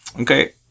Okay